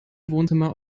wohnzimmer